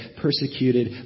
persecuted